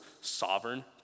sovereign